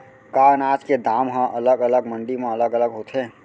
का अनाज के दाम हा अलग अलग मंडी म अलग अलग होथे?